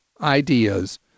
ideas